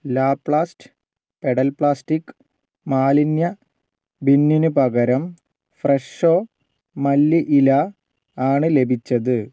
Laplast pedal plastic മാലിന്യ ബിന്നിന് പകരം ഫ്രെഷോ മല്ലി ഇല ആണ് ലഭിച്ചത്